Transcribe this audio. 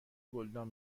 گلدان